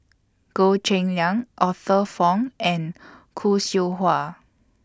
Goh Cheng Liang Arthur Fong and Khoo Seow Hwa